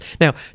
Now